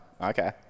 okay